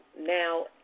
now